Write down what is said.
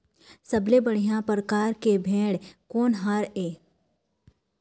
सबले बढ़िया परकार के भेड़ कोन हर ये?